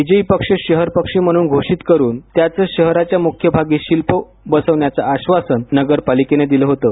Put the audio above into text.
विजयी पक्षी शहरपक्षी म्हणून घोषित करून त्याचं शहराच्या मुख्यभागी शिल्प बसविण्याचं आश्वासन नगरपालिकेनं दिलं होतं